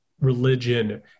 religion